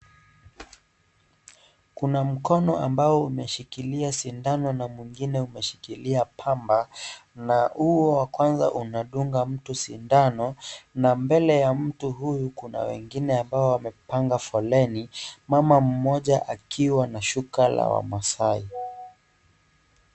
Kuna mkono ambao umeshikilia sindano na mwingine umeshikilia pamba na huo wa kwanza unadunga mtu sindano na mbele ya mtuhuyu kuna wengine ambao wamepanga foleni mama mmoja akiwa na shuka la wamasai .